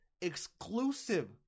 exclusive